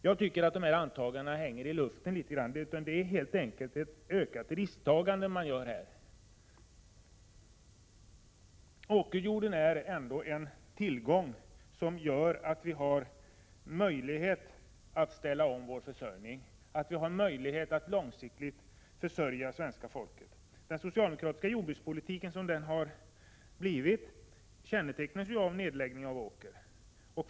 Jag tycker att dessa antaganden hänger i luften. Här blir det helt enkelt fråga om ett ökat risktagande. Åkerjorden är en tillgång som ger oss möjlighet att ställa om jordbruket så att vi långsiktigt kan försörja svenska folket. Den socialdemokratiska jordbrukspolitiken, som den har blivit, kännetecknas ju av nedläggning av åkermark.